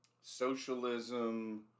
socialism